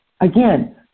Again